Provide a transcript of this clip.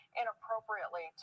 inappropriately